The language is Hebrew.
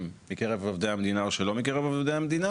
בקרב עובדי מדינה או שלא מקרב עובדי המדינה